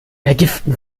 vergiften